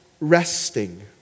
Resting